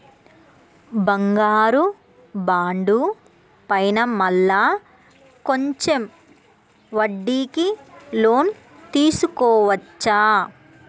బంగారు బాండు పైన మళ్ళా కొంచెం వడ్డీకి లోన్ తీసుకోవచ్చా?